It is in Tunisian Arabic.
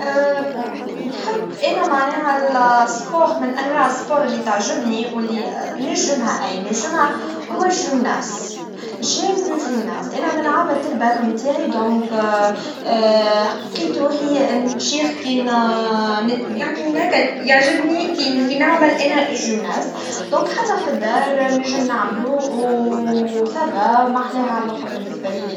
نجم نقول أني أجيد كرة القدم. منذ صغري، كنت ألعب مع الأصدقاء في الشارع. الرياضة تحسّن اللياقة وتجمعنا مع بعض في متعة. نحب المنافسة ونشعر بالسعادة لما نحقق أهداف في المباراة. كرة القدم تعلمنا العمل الجماعي والصبر، وتخلي الواحد يحس بحماس.